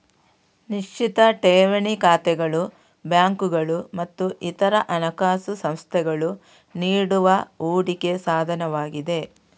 ನಿಶ್ಚಿತ ಠೇವಣಿ ಖಾತೆಗಳು ಬ್ಯಾಂಕುಗಳು ಮತ್ತು ಇತರ ಹಣಕಾಸು ಸಂಸ್ಥೆಗಳು ನೀಡುವ ಹೂಡಿಕೆ ಸಾಧನವಾಗಿದೆ